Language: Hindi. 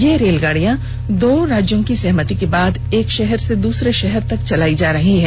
ये रेलगाडियां दो राज्यों की सहमति के बाद एक शहर से दूसरे शहर तक चलाई जा रही हैं